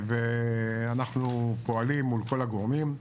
אנחנו פועלים מול כל הגורמים,